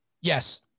Yes